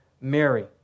Mary